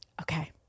Okay